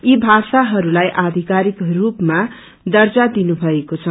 यी भाषाहरूलाई आधिकारिक स्रपामा दर्जा दिनुभएको छ